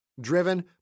driven